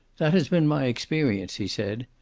that has been my experience, he said.